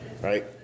right